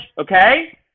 okay